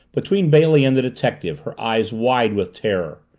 between bailey and the detective, her eyes wild with terror,